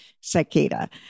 cicada